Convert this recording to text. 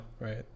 right